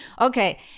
Okay